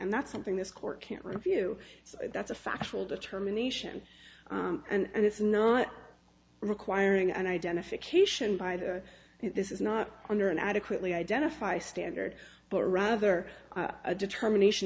and that's something this court can't review so that's a factual determination and it's not requiring an identification by the this is not under an adequately identify standard but rather a determination